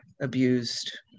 abused